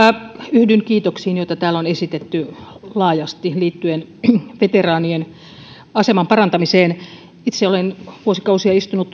yhdyn kiitoksiin joita täällä on esitetty laajasti liittyen veteraanien aseman parantamiseen itse olen vuosikausia istunut